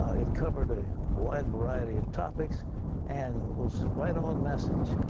ah it covered a wide variety of topics and was right on message.